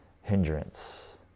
hindrance